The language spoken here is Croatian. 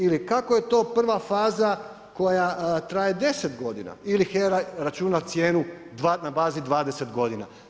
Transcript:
Ili kakva je to prva faza koja traje 10 godina? ili HERA računa cijenu na bazi 20 godina?